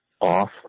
off